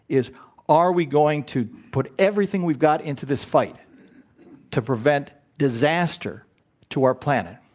is are we going to put everything we've got into this fight to prevent disaster to our planet?